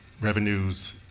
revenues